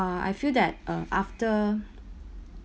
uh I feel that uh after